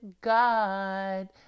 God